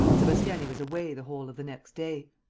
sebastiani was away the whole of the next day.